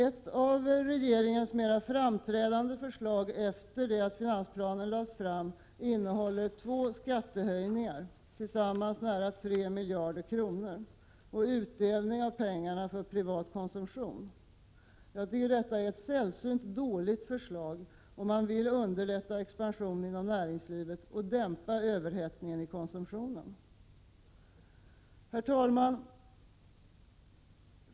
Ett av regeringens mer framträdande förslag, efter det att finansplanen har lagts fram, innehåller två skattehöjningar på tillsammans nära 3 miljarder kronor — och utdelning av pengarna för privat konsumtion. Jag tycker att detta är ett sällsynt dåligt förslag om man vill underlätta expansionen inom näringslivet och dämpa överhettningen i konsumtionen. Herr talman!